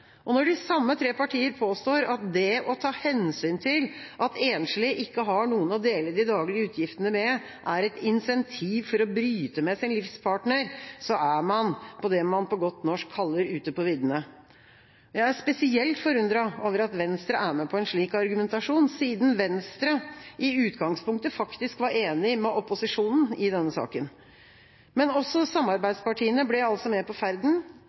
Og når de samme partiene påstår at det å ta hensyn til at enslige ikke har noen å dele de daglige utgiftene med, er et incentiv for å bryte med sin livspartner, er man ute på viddene, som man på godt norsk kaller det. Jeg er spesielt forundret over at Venstre er med på en slik argumentasjon, siden Venstre i utgangspunktet faktisk var enig med opposisjonen i denne saken. Men også samarbeidspartiene ble altså med på ferden.